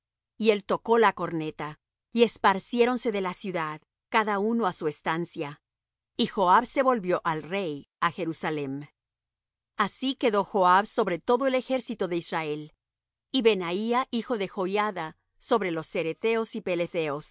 y él tocó la corneta y esparciéronse de la ciudad cada uno á su estancia y joab se volvió al rey á jerusalem así quedó joab sobre todo el ejército de israel y benaía hijo de joiada sobre los ceretheos y